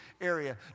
area